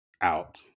out